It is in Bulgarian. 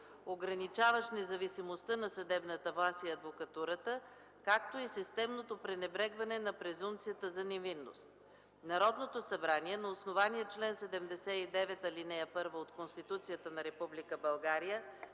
ограничаващ независимостта на съдебната власт и адвокатурата, както и системното пренебрегване на презумпцията за невинност Народното събрание, на основание чл. 79, ал. 1 от Конституцията на